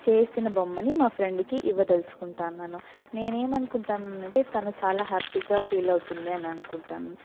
చేసిన బొమ్మని మా ఫ్రెండ్కి ఇవ్వ దల్చుకుంటాను నేను ఎం అనుకుంటాను అంటే తను చాలా హ్యాపీగా ఫీల్ అవ్వుతుంది అని అనుకుంటాను